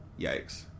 Yikes